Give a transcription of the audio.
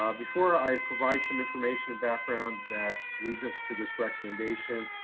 ah before i provide some information and background that leads us to this recommendation,